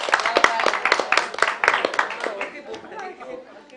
הצבעה בעד הרוב נגד אין נמנעים אין הצעת החוק אושרה.